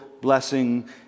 blessing